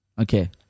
Okay